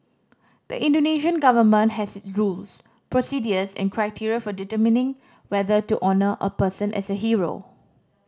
the Indonesian government has its rules procedures and criteria for determining whether to honour a person as a hero